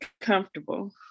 comfortable